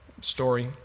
story